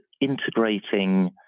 integrating